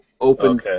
open